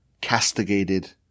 castigated